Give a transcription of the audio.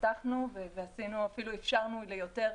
פתחנו ואפילו אפשרנו ליותר